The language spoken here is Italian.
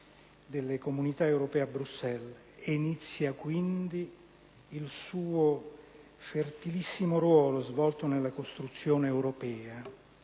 delle Comunità europee a Bruxelles e inizia quindi il suo lungo e fertilissimo ruolo svolto nella costruzione europea